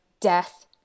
death